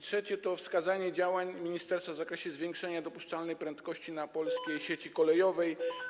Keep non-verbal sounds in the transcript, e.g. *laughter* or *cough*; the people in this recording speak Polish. Trzecia kwestia to wskazanie działań ministerstwa w zakresie zwiększenia dopuszczalnej prędkości na polskiej *noise* sieci kolejowej.